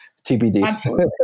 TBD